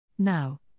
Now